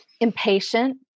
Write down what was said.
impatient